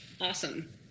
awesome